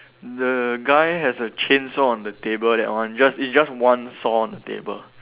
the guy has a chainsaw on the table that one it just it just one saw on the table